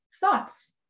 thoughts